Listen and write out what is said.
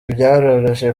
byaroroshye